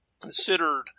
considered